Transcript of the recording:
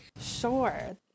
sure